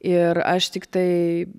ir aš tiktai